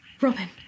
Robin